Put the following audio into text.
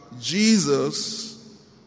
Jesus